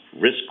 risk